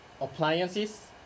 Appliances